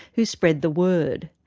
who spread the word.